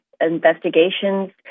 investigations